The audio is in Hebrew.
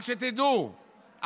רק שתדעו,